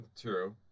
True